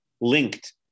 linked